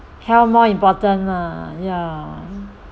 health more important lah ya